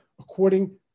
according